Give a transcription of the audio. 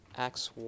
Acts